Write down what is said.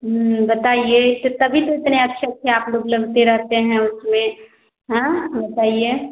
बताइए तो तभी तो इतने अच्छे से आप लोग लगते रहते हैं उसमें हाँ बताइए